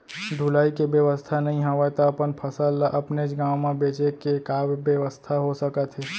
ढुलाई के बेवस्था नई हवय ता अपन फसल ला अपनेच गांव मा बेचे के का बेवस्था हो सकत हे?